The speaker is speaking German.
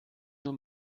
nur